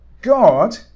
God